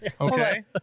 okay